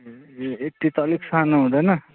ए eighty त अलिक सानो हुँदैन